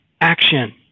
action